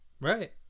right